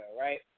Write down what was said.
right